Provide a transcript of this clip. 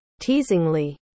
Teasingly